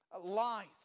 life